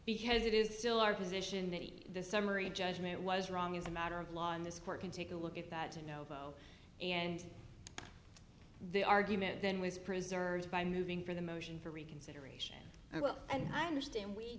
because it is still our position that the summary judgment was wrong as a matter of law in this court can take a look at that to know and the argument then was preserved by moving for the motion for reconsideration and i understand we